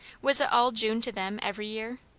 was it all june to them, every year?